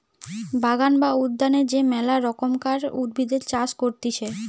বাগান বা উদ্যানে যে মেলা রকমকার উদ্ভিদের চাষ করতিছে